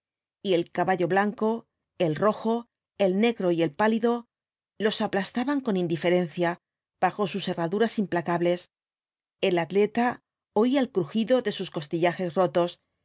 y el caballo blanco el rojo el negro y el pálido los aplastaban con indiferencia bajo sus herraduras implacables el atleta oía el crujido de sus costillajes rotos